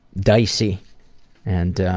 dicey and